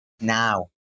now